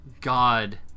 God